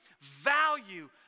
value